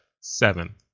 Seven